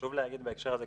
חשוב להגיד בהקשר הזה,